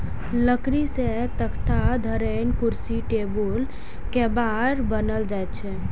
लकड़ी सं तख्ता, धरेन, कुर्सी, टेबुल, केबाड़ बनाएल जाइ छै